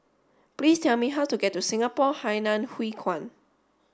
please tell me how to get to Singapore Hainan Hwee Kuan